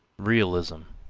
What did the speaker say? realism,